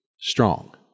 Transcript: strong